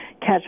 catch